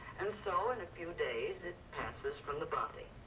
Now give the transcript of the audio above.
and so in a few days it passes from the body.